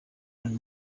ein